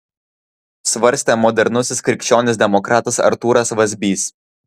svarstė modernusis krikščionis demokratas artūras vazbys